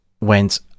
went